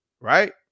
right